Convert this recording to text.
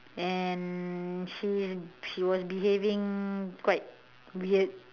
and he is he was behaving quite weird